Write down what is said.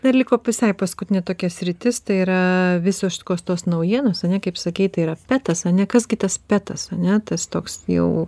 dar liko visai paskutinė tokia sritis tai yra visiškos tos naujienos ane kaip sakei tai yra petas ane kas gi tas petas ane tas toks jau